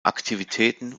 aktivitäten